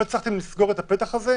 לא הצלחתם לסגור את הפתח הזה,